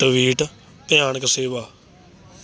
tweet ਭਿਆਨਕ ਸੇਵਾ